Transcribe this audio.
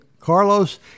Carlos